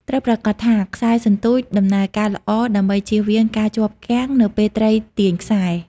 ត្រូវប្រាកដថា ខ្សែសន្ទូច ដំណើរការល្អដើម្បីជៀសវាងការជាប់គាំង នៅពេលត្រីទាញខ្សែ។